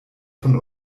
von